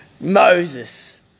Moses